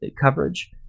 coverage